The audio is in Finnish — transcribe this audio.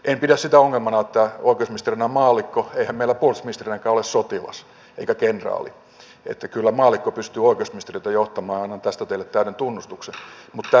en pidä sitä ongelmana että oikeusministerinä on maallikko eihän meillä puolustusministerinäkään ole sotilas eikä kenraali että kyllä maallikko pystyy oikeusministeriötä johtamaan ja annan tästä teille täyden tunnustuksen mutta tämä ristiriita ja päällekkäisyys jää mietityttämään